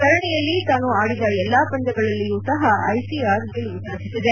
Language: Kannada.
ಸರಣಿಯಲ್ಲಿ ತಾನು ಆದಿದ ಎಲ್ಲ ಪಂದ್ಯಗಳಲ್ಲಿಯೂ ಸಹ ಐಸಿಆರ್ ಗೆಲುವು ಸಾಧಿಸಿದೆ